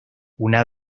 una